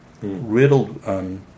riddled